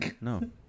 No